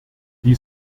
die